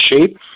shape